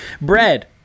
bread